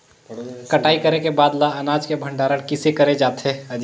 कटाई करे के बाद ल अनाज के भंडारण किसे करे जाथे?